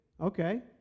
Okay